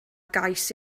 gais